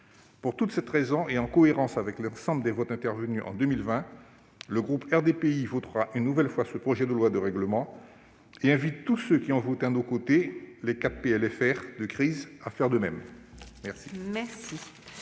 Pour toutes ces raisons, et en cohérence avec l'ensemble des votes intervenus en 2020, le groupe RDPI votera une nouvelle fois ce projet de loi de règlement et invite tous ceux qui ont voté à nos côtés les quatre PLFR de crise à faire de même. La